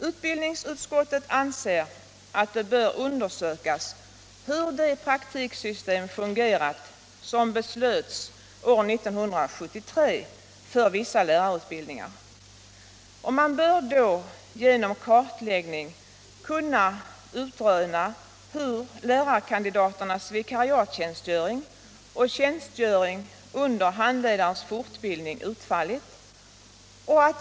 Utbildningsutskottet anser att det bör undersökas hur det praktiksystem fungerat som beslöts år 1973 för vissa lärarutbildningar. Man bör då genom kartläggning kunna utröna hur lärarkandidaternas vikariattjänstgöring och tjänstgöring under handledarens fortbildning har utfallit.